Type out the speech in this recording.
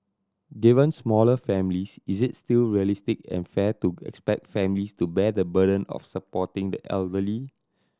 given smaller families is it still realistic and fair to expect families to bear the burden of supporting the elderly